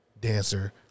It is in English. dancer